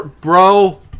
Bro